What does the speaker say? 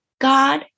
God